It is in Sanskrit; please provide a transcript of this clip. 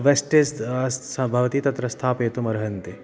वेस्टेस् सा भवति तत्र स्थापयितुम् अर्हन्ति